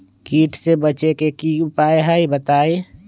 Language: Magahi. कीट से बचे के की उपाय हैं बताई?